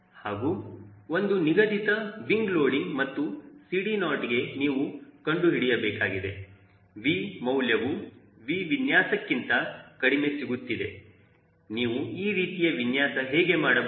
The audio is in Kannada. ಹಾಗೂ ಒಂದು ನಿಗದಿತ ವಿಂಗ್ ಲೋಡಿಂಗ್ ಮತ್ತು CD0 ಗೆ ನೀವು ಕಂಡುಹಿಡಿಯಬೇಕಾಗಿದೆ V ಮೌಲ್ಯವು V ವಿನ್ಯಾಸಕ್ಕಿಂತ ಕಡಿಮೆ ಸಿಗುತ್ತಿದೆ ನೀವು ಈ ರೀತಿಯ ವಿನ್ಯಾಸ ಹೇಗೆ ಮಾಡಬಹುದು